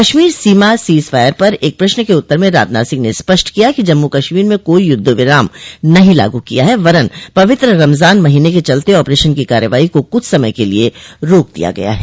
कश्मीर सीमा ceasefire पर एक प्रश्न के उत्तर में राजनाथ सिंह ने स्पष्ट किया कि जम्मू कश्मीर में कोई युद्ध विराम नहीं लागू किया है वरन् पवित्र रमजान महीने के चलते ऑपरेशन की कार्रवाई को कुछ समय के लिए रोक दिया गया है